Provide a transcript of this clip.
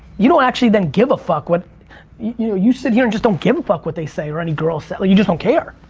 you don't actually then give a fuck you know you sit here and just don't give a fuck what they say or any girl says you just don't care.